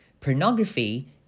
pornography